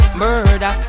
murder